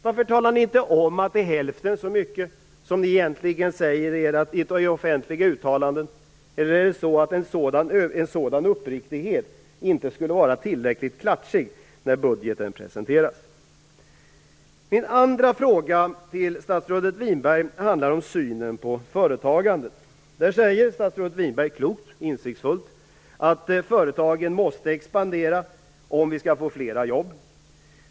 Varför talar ni inte om att det är fråga om hälften så mycket som ni säger i offentliga uttalanden - eller är det så att en sådan uppriktighet inte skulle vara tillräckligt klatschig när budgeten presenteras? Den andra frågan till statsrådet Winberg handlar om synen på företagandet. Statsrådet Winberg säger, klokt och insiktsfullt, att företagen måste expandera för att vi skall få fler jobb.